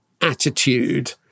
attitude